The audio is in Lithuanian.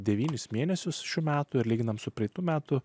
devynis mėnesius šių metų ir lyginant su praeitų metų